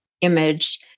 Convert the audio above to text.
image